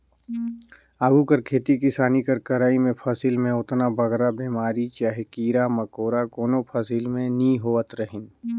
आघु कर खेती किसानी कर करई में फसिल में ओतना बगरा बेमारी चहे कीरा मकोरा कोनो फसिल में नी होवत रहिन